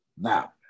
Now